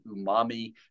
umami